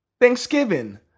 thanksgiving